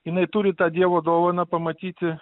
jinai turi tą dievo dovaną pamatyti